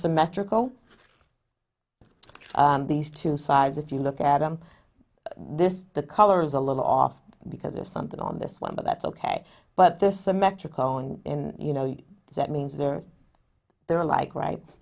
symmetrical these two sides if you look at them this the color is a little off because there's something on this one but that's ok but they're symmetrical own in you know so that means they're they're like right